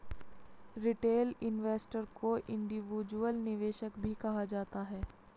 retail investor को individual निवेशक भी कहा जाता है